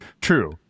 True